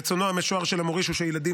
רצונו המשוער של המוריש הוא שהילדים